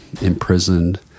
imprisoned